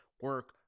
Work